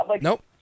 Nope